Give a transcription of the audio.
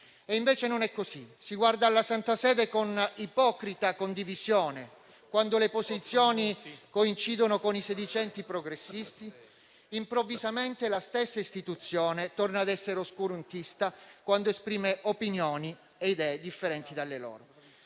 Invece, non è così: si guarda alla Santa Sede con un'ipocrita condivisione quando le posizioni coincidono con i sedicenti progressisti e improvvisamente la stessa istituzione torna a essere oscurantista quando esprime opinioni e idee differenti dalle loro.